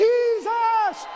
Jesus